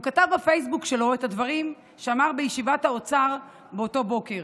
והוא כתב בפייסבוק שלו את הדברים שאמר בישיבת האוצר באותו בוקר.